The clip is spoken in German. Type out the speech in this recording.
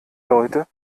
leute